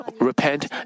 repent